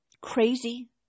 crazy